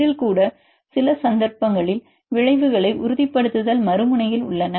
இதில் கூட சில சந்தர்ப்பங்களில் விளைவுகளை உறுதிப்படுத்துதல் மறு முனையில் உள்ளன